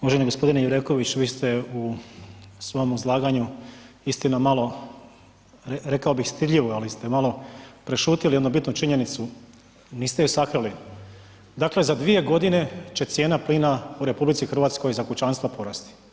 Uvaženi gospodine Jureković vi ste u svojem izlaganju istina malo, rekao bih stidljivo, ali ste malo prešutjeli jednu bitnu činjenicu niste ju sakrili, dakle za 2 godine će cijena plina u RH za kućanstva porasti.